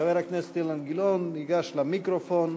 חבר הכנסת אילן גילאון ייגש למיקרופון.